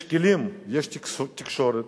יש כלים, יש תקשורת,